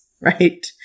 right